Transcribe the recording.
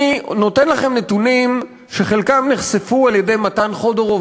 אני נותן לכם נתונים שחלקם נחשפו על-ידי מתן חודורוב